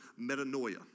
metanoia